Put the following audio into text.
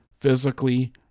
physically